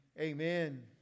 amen